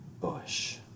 Bush